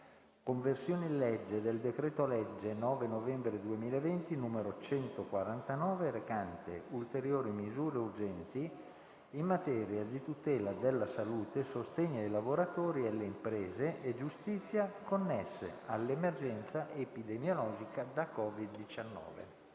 «Conversione in legge del decreto-legge 9 novembre 2020, n. 149, recante ulteriori misure urgenti in materia di tutela della salute, sostegno ai lavoratori e alle imprese e giustizia, connesse all'emergenza epidemiologica da COVID-19»